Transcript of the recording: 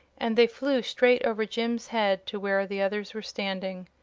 and they flew straight over jim's head to where the others were standing.